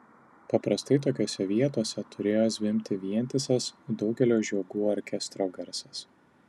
paprastai tokiose vietose turėjo zvimbti vientisas daugelio žiogų orkestro garsas